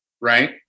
right